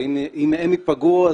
ואם הן ייפגעו,